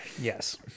yes